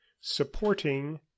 supporting